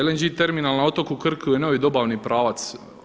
LNG terminal na otoku Krku je novi dobavni pravac.